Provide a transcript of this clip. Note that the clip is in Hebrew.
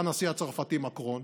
בא הנשיא הצרפתי מקרון